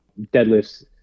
deadlifts